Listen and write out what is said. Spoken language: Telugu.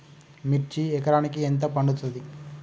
మిర్చి ఎకరానికి ఎంత పండుతది?